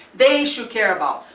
they should care about.